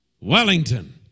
Wellington